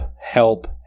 help